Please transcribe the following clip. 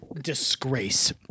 disgrace